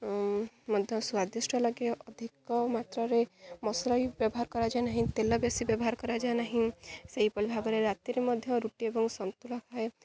ମଧ୍ୟ ସ୍ଵାଦିଷ୍ଟ ଲାଗେ ଅଧିକ ମାତ୍ରାରେ ମସଲା ବି ବ୍ୟବହାର କରାଯାଏ ନାହିଁ ତେଲ ବେଶୀ ବ୍ୟବହାର କରାଯାଏ ନାହିଁ ସେହିପରି ଭାବରେ ରାତିରେ ମଧ୍ୟ ରୁଟି ଏବଂ ସନ୍ତୁଳା ଖାଏ